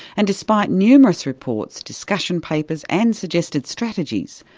and despite numerous reports, discussion papers and suggested strategies,